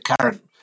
current